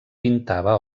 pintava